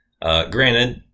Granted